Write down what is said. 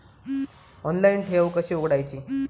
Online ठेव कशी उघडायची?